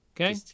Okay